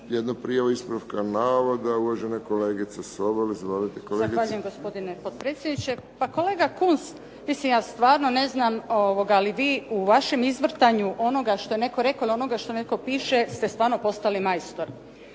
jednu prijavu ispravka navoda. Uvažena kolegica Sobol. Izvolite kolegice. **Sobol, Gordana (SDP)** Zahvaljujem, gospodine potpredsjedniče. Pa kolega Kunst, ja stvarno ne znam ali vi u vašem izvrtanju onoga što je netko rekao ili onoga što netko piše ste stvarno postali majstor.